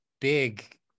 big